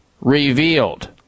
Revealed